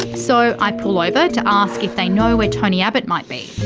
so i pull over to ask if they know where tony abbott might be.